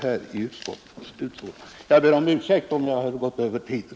Jag ber dessutom om ursäkt om jag har överskridit tiden.